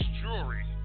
Jewelry